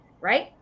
right